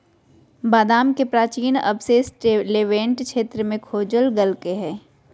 बादाम के प्राचीन अवशेष लेवेंट क्षेत्र में खोजल गैल्के हइ